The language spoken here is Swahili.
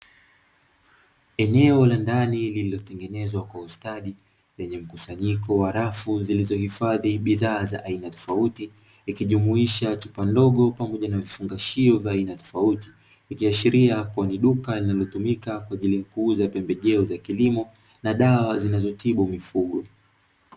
Eneo la ndani lililotengenezwa kwa ústadi, lenye mkusanyiko rafu ,zilizohifadhi bidhaa za aina tofauti ikijumuisha chupa ndogo , pamoja na vifungashio vya aina tofauti i,kiashiria ni duka linalotumika kwaajili ya kuuza pembe jeo za kilimo na duka linalouza dawa za mifugo.